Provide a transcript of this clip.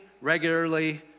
regularly